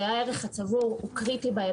הערך הצבור בשבילם הוא קריטי.